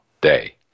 day